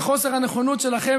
על חוסר הנכונות שלכם,